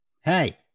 Hey